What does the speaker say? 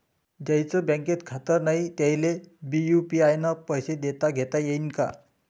ज्याईचं बँकेत खातं नाय त्याईले बी यू.पी.आय न पैसे देताघेता येईन काय?